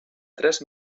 tres